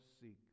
seek